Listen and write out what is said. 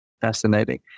fascinating